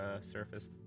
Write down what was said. surface